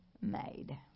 made